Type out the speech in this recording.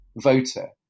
voter